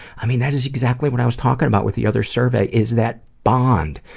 i mean that is exactly what i was talking about with the other survey, is that bond.